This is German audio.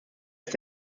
ist